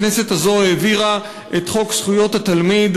הכנסת הזו העבירה את חוק זכויות התלמיד